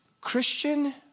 Christian